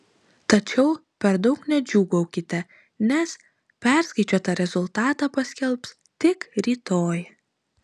tačiau per daug nedžiūgaukite nes perskaičiuotą rezultatą paskelbs tik rytoj